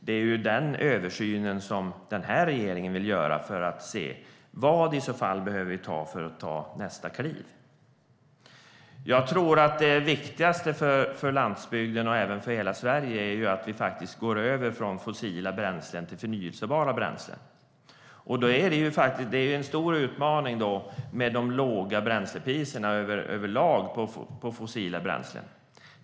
Det är denna översyn som den här regeringen vill göra för att se vad vi i så fall behöver göra för att ta nästa kliv. Jag tror att det viktigaste för landsbygden och för hela Sverige är att vi faktiskt går över från fossila bränslen till förnybara bränslen. Då är de låga bränslepriserna överlag på fossila bränslen en stor utmaning.